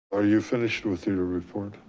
are you finished with your report?